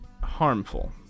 harmful